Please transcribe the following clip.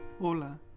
Hola